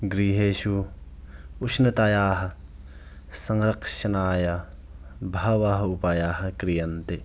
गृहेषु उष्णतायाः संरक्षणाय बहवः उपायाः क्रियन्ते